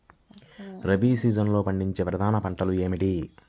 రబీ సీజన్లో పండించే ప్రధాన పంటలు ఏమిటీ?